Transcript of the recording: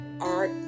art